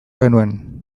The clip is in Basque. genuen